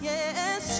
Yes